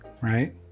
Right